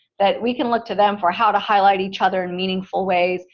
that we can look to them for how to highlight each other in meaningful ways,